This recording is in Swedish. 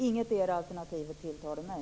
Ingetdera av alternativen tilltalar mig.